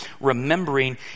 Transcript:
Remembering